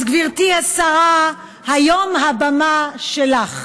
אז, גברתי השרה, היום הבמה שלך,